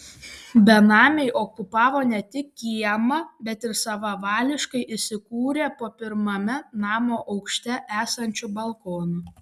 benamiai okupavo ne tik kiemą bet ir savavališkai įsikūrė po pirmame namo aukšte esančiu balkonu